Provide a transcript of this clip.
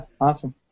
awesome